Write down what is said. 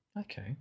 Okay